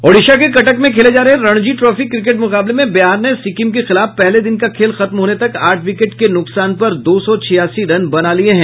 ओडिशा के कटक में खेले जा रहे रणजी ट्राफी क्रिकेट मुकाबले में बिहार ने सिक्किम के खिलाफ पहले दिन का खेल खत्म होने तक आठ विकेट के नुकसान पर दो सौ छियासी रन बना लिये हैं